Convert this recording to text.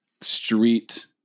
street